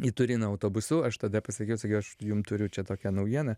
į turiną autobusu aš tada pasakiau sakiau aš jum turiu čia tokią naujieną